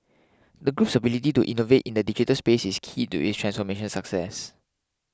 the group's ability to innovate in the digital spaces is key to its transformation success